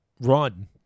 Run